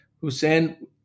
Hussein